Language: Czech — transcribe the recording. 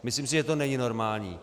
Myslím si, že to není normální.